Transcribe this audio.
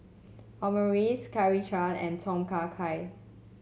Omurice and Tom Kha Gai